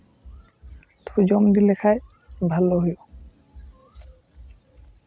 ᱛᱚᱵᱩ ᱡᱚᱢ ᱤᱫᱤ ᱞᱮᱠᱷᱟᱱ ᱵᱷᱟᱞᱚ ᱦᱩᱭᱩᱜᱼᱟ